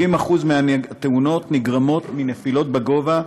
70% מהתאונות נגרמות מנפילות מגובה,